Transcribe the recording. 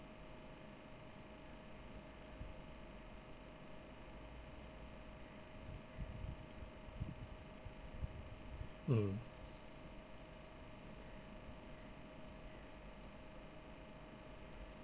mmhmm